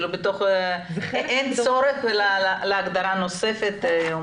שאין צורך בהגדרה נוספת.